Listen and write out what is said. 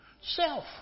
Self